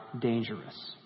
dangerous